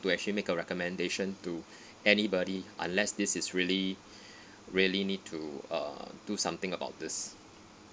to actually make a recommendation to anybody unless this is really really need to uh do something about this